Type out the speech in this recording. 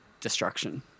destruction